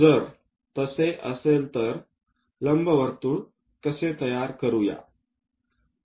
जर तसे असेल तर लंबवर्तुळ कसे तयार करावे